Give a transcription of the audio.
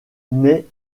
naît